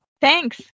Thanks